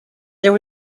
there